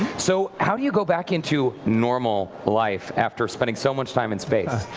so how do you go back into normal life after spending so much time in space?